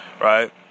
right